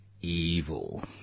evil